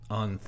on